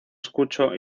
escucho